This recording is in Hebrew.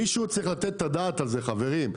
מישהו צריך לתת את הדעת על זה, חברים.